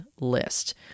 list